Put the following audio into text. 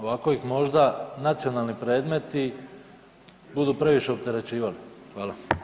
Ovako ih možda nacionalni predmeti budu previše opterećivali.